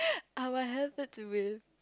I would have it with